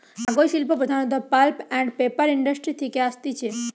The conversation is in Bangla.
কাগজ শিল্প প্রধানত পাল্প আন্ড পেপার ইন্ডাস্ট্রি থেকে আসতিছে